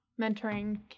mentoring